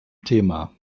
thema